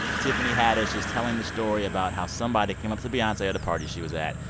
tiffany haddish is telling the story about how somebody came up to beyonce at a party she was at,